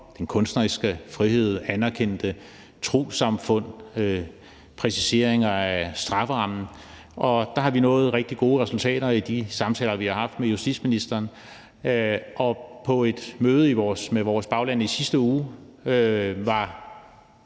den kunstneriske frihed, anerkendte trossamfund, præciseringer af strafferammen, og der har vi nået rigtig gode resultater i de samtaler, vi har haft med justitsministeren. På et møde med vores bagland i sidste uge var